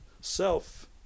self